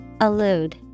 Allude